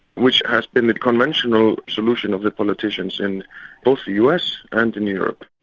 which has been the conventional solution of the politicians in both the us and in europe.